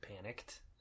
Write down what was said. panicked